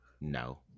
No